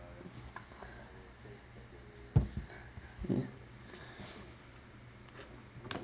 mm